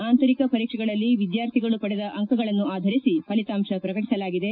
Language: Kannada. ಆಂತರಿಕ ಪರೀಕ್ಷೆಗಳಲ್ಲಿ ವಿದ್ಯಾರ್ಥಿಗಳು ಪಡೆದ ಅಂಕಗಳನ್ನು ಆಧರಿಸಿ ಫಲಿತಾಂಶ ಪ್ರಕಟಿಸಲಾಗಿದೆ